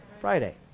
Friday